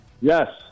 Yes